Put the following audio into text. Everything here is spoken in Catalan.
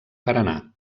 paranà